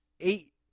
eight